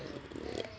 yup